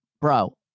bro